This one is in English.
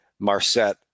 Marset